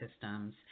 systems